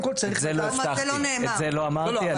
את זה לא אמרתי.